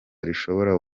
rishobora